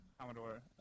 Commodore